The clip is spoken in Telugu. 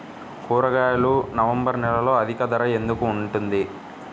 కూరగాయలు నవంబర్ నెలలో అధిక ధర ఎందుకు ఉంటుంది?